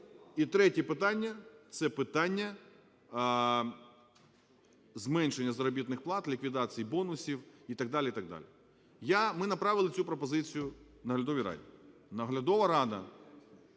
і третє питання – це питання зменшення заробітних плат, ліквідації бонусів і так далі, і так далі. Ми направили цю пропозицію наглядовій раді.